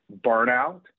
burnout